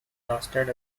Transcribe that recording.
lasted